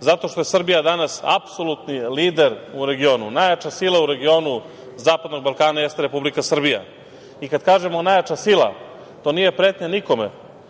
zato što je Srbija danas apsolutni lider u regionu, najjača sila u regionu zapadnog Balkana jeste Republika Srbija. Kada kažemo najjača sila, to nije pretnja nikome,